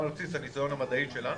גם על בסיס הניסיון המדעי שלנו,